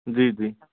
जी जी